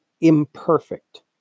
imperfect